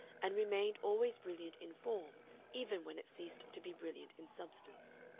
and remained always brilliant in form even when it ceased to be brilliant in substance.